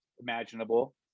imaginable